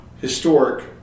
historic